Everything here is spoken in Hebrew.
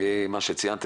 מה ששירי ציינה קודם,